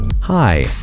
hi